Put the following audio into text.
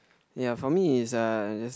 ya for me is uh just